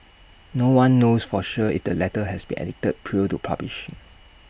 no one knows for sure if the letter has been edited prior to publish